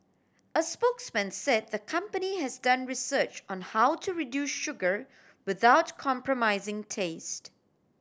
a spokesman say the company has done research on how to reduce sugar without compromising taste